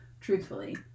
truthfully